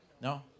No